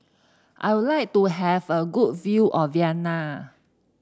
I would like to have a good view of Vienna